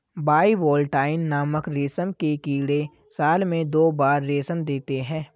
bivoltine नामक रेशम के कीड़े साल में दो बार रेशम देते है